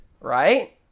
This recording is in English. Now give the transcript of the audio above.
right